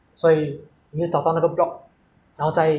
要去按那个门铃打电话给那个 unit